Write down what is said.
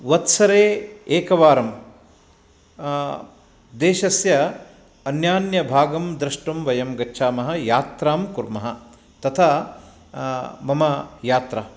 वत्सरे एकवारं देशस्य अन्यान्यभागं द्रष्टुं वयं गच्छामः यात्रां कुर्मः तथा मम यात्रा